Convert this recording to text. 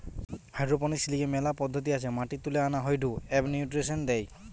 hydroponics লিগে মেলা পদ্ধতি আছে মাটি তুলে আনা হয়ঢু এবনিউট্রিয়েন্টস দেয়